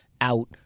out